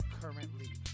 currently